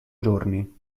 giorni